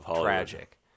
tragic